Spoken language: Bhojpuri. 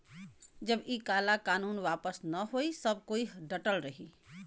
जब इ काला कानून वापस न होई सब कोई डटल रही